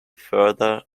further